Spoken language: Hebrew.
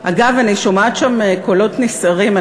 אגב, אני שומעת שם קולות נסערים.